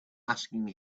asking